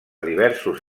diversos